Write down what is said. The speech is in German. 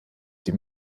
die